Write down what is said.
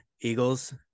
Eagles